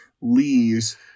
leaves